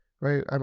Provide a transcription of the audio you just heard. right